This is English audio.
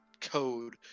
code